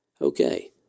Okay